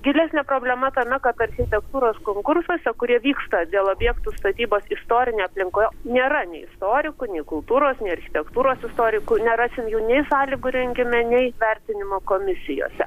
gilesnė problema tame kad architektūros konkursuose kurie vyksta dėl objektų statybos istorinėje aplinkoje nėra nei istorikų nei kultūros nei architektūros istorikų nerasim jų nei sąlygų rengime nei vertinimo komisijose